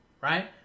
right